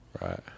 right